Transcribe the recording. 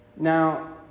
Now